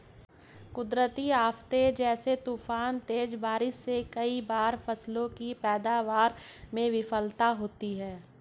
कुदरती आफ़ते जैसे तूफान, तेज बारिश से कई बार फसलों की पैदावार में विफलता होती है